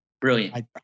Brilliant